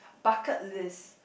bucket list